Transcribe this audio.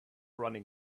running